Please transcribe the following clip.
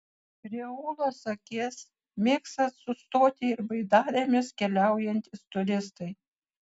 prie ūlos akies mėgsta sustoti ir baidarėmis keliaujantys turistai